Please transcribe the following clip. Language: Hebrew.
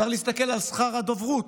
צריך להסתכל על שכר הדוברות,